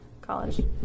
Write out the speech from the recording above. college